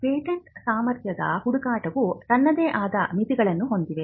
patent ಸಾಮರ್ಥ್ಯದ ಹುಡುಕಾಟವು ತನ್ನದೇ ಆದ ಮಿತಿಗಳನ್ನು ಹೊಂದಿದೆ